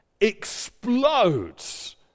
explodes